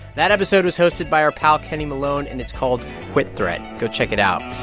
that episode was hosted by our pal kenny malone, and it's called quit threat. go check it out